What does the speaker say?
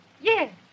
yes